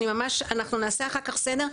אני ממש, נעשה אחר כך סדר.